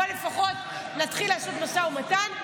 בוא לפחות נתחיל לעשות משא ומתן.